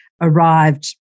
arrived